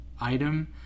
item